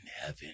heaven